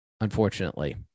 unfortunately